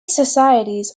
societies